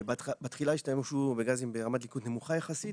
בתחילה השתמשו בגזים ברמת דליקות נמוכה יחסית,